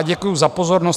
Děkuji za pozornost.